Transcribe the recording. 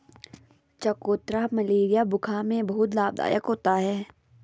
चकोतरा मलेरिया बुखार में बहुत लाभदायक होता है